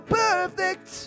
perfect